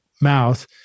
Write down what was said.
mouth